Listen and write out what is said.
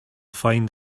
find